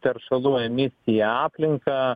teršalų emisiją į aplinką